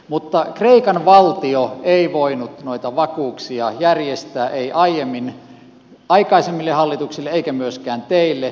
mutta kreikan valtio ei voinut noita vakuuksia järjestää ei aiemmin aikaisemmille hallituksille eikä myöskään teille